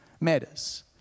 matters